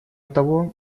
того